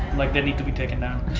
like, they need to be taken down.